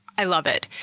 i love it.